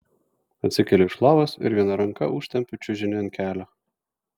atsikeliu iš lovos ir viena ranka užtempiu čiužinį ant kelio